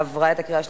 עברה בקריאה השלישית,